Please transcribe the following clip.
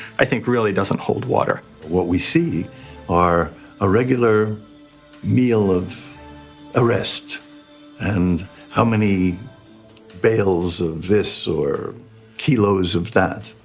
i think, really doesn't hold water. what we see are a regular meal of arrests and how many bales of this or kilos of that.